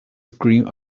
scream